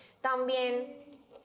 también